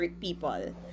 people